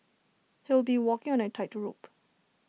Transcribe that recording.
he'll be walking on A tightrope